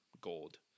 gold